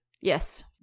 yes